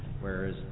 whereas